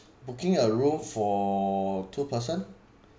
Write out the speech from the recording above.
booking a room for two person